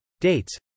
Dates